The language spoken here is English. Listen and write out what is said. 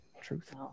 Truth